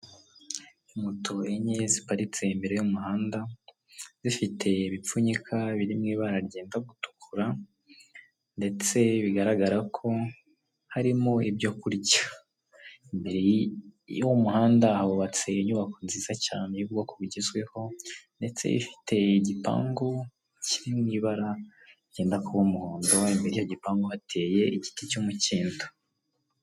Moto enye ziparitse imbere y'umuhanda zifite ibipfunyika biri mu ibara ryenda gutukura ndetse bigaragara ko harimo ibyo kurya imbere yuwo muhanda hubatse inyubako nziza cyane y'ubwoko bugezweho ndetse ifite igipangu kiri mu ibara ryenda kuba umuhondo imbere yicyo gipangu hateye igiti cy'umukindo .